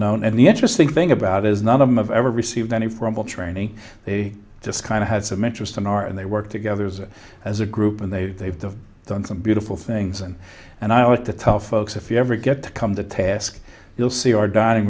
known and the interesting thing about is none of them have ever received any formal training they just kind of had some interest in art and they work together is it as a group and they they've done some beautiful things and and i want to tell folks if you ever get to come to task you'll see our dining